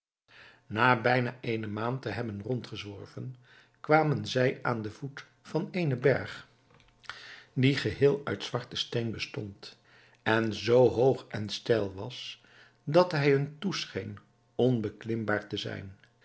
na bijna eene maand te hebben rondgezworven kwamen zij aan den voet van eenen berg die geheel uit zwarten steen bestond en zoo hoog en steil was dat hij hun toescheen onbeklimbaar te zijn